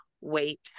wait